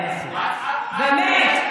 באמת.